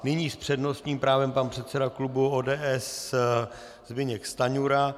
Nyní s přednostním právem pan předseda klubu ODS Zbyněk Stanjura.